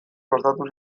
kostatu